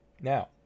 Now